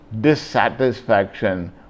dissatisfaction